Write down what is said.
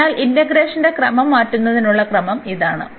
അതിനാൽ ഇന്റഗ്രേഷന്റെ ക്രമം മാറ്റുന്നതിനുള്ള ക്രമം ഇതാണ്